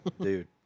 dude